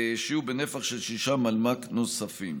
שיהיו בנפח של 6 מלמ"ק נוספים.